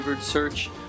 search